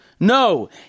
No